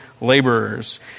laborers